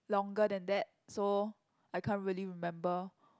longer than that so I can't really remember